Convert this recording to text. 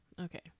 Okay